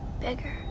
Bigger